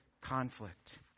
conflict